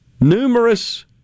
numerous